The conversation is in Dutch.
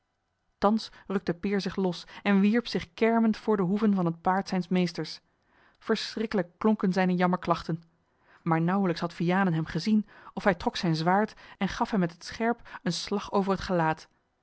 thans rukte peer zich los en wierp zich kermend voor de hoeven van het paard zijns meesters verschrikkelijk klonken zijne jammerklachten maar nauwelijks had vianen hem gezien of hij trok zijn zwaard en gaf hem met het scherp een slag over het gelaat